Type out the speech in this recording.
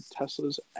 Teslas